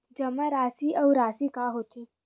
जमा राशि अउ राशि का होथे?